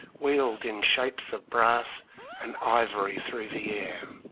wheeled in shapes of brass and ivory through the air.